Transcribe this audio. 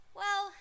Well